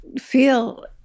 feel